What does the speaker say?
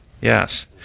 Yes